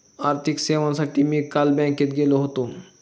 आर्थिक सेवांसाठी मी काल बँकेत गेलो होतो